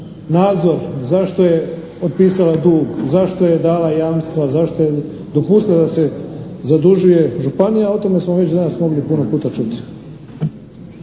nadzor, zašto je otpisala dug, zašto je dala jamstva, zašto je dopustila da se zadužuje županije o tome smo već danas mogli puno puta čuti.